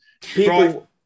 People